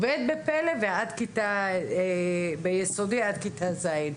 בפל"א זה עד כתה י"ב וביסודי זה עד כתה ז'.